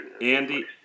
Andy